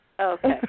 Okay